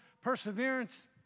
perseverance